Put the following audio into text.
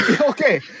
Okay